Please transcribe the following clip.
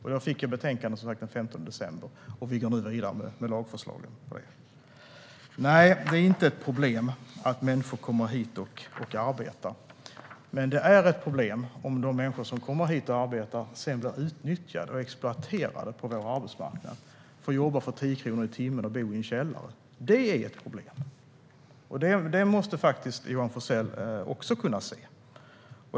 Jag fick ett betänkande den 15 december och vi går nu vidare med dessa förslag. Nej, det är inte ett problem att människor kommer hit och arbetar. Men det är ett problem om dessa människor blir utnyttjade och exploaterade på vår arbetsmarknad, om de får arbeta för 10 kronor i timmen och bo i en källare. Det är ett problem, och det måste också Johan Forssell kunna se.